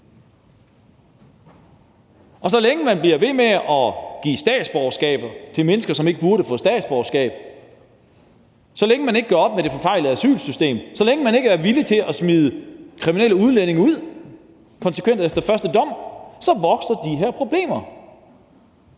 Og så længe man bliver ved med at give statsborgerskab til mennesker, som ikke burde få tildelt statsborgerskab, så længe man ikke gør op med det forfejlede asylsystem, og så længe man ikke er villig til at smide kriminelle udlændige ud konsekvent efter første dom, vokser de her problemer.